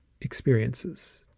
experiences